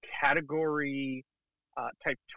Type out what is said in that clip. category-type